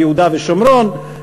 ביהודה ושומרון,